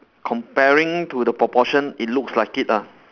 comparing to the proportion it looks like it ah